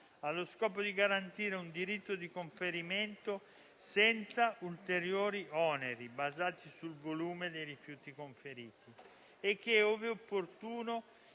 allo scopo di garantire un diritto di conferimento senza ulteriori oneri basati sul volume dei rifiuti conferiti. La direttiva